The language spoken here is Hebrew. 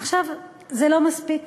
עכשיו, זה לא מספיק.